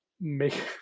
make